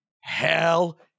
hell